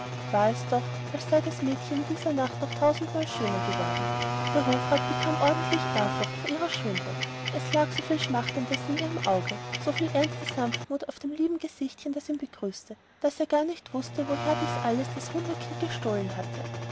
war es doch als sei das mädchen in dieser nacht noch tausendmal schöner geworden der hofrat bekam ordentlich ehrfurcht vor ihrer schönheit es lag so viel schmachtendes in ihrem auge so viel ernste sanftmut auf dem lieben gesichtchen das ihn begrüßte daß er gar nicht wußte woher dies alles das wunderkind gestohlen hatte